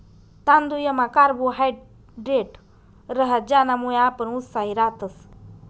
तांदुयमा कार्बोहायड्रेट रहास ज्यानामुये आपण उत्साही रातस